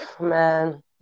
man